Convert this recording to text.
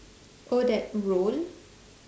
oh that roll